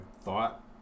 thought